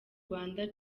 rwanda